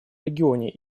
регионе